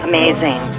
Amazing